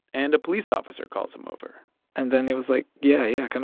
and a police officer calls him over and then he was like, yeah, yeah, and